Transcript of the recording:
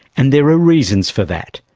and there are reasons for that.